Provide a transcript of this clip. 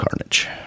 Carnage